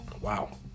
wow